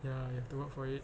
ya you have to work for it